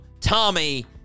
Tommy